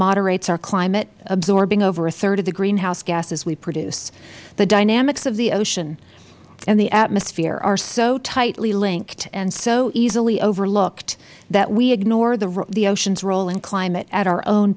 moderates our climate absorbing over a third of the greenhouse gases that we produce the dynamics of the ocean and the atmosphere are so tightly linked and so easily overlooked that we ignore the ocean's role in climate at our own